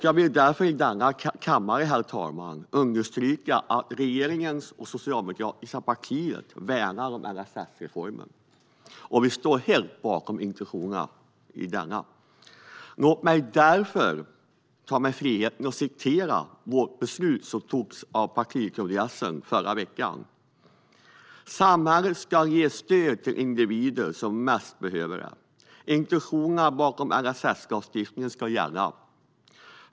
Jag vill därför i denna kammare understryka att regeringen och det socialdemokratiska partiet värnar om LSS-reformen. Vi står bakom intentionerna i denna. Jag vill citera det beslut som togs av partikongressen förra veckan: "Samhället ska ge stöd till de individer som behöver det mest. Intentionerna bakom LSS-lagstiftningen ska gälla.